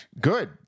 Good